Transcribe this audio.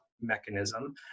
mechanism